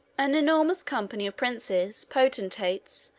an enormous company of princes, potentates,